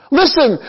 listen